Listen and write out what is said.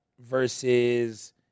versus